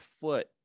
foot